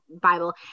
Bible